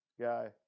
guy